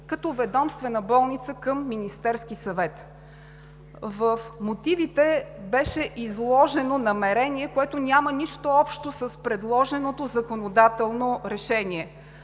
като ведомствена болница към Министерския съвет. В мотивите беше изложено намерение, което няма нищо общо с предложеното законодателно решение